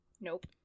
Nope